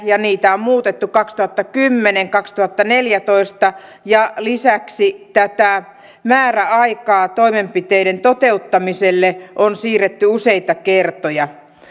ja niitä on muutettu kaksituhattakymmenen kaksituhattaneljätoista ja lisäksi tätä määräaikaa toimenpiteiden toteuttamiselle on siirretty useita kertoja